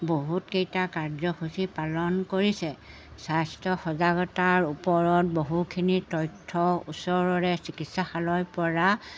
বহুত কেইটা কাৰ্যসূচী পালন কৰিছে স্বাস্থ্য সজাগতাৰ ওপৰত বহুখিনি তথ্য ওচৰৰে চিকিৎসালয়ৰপৰা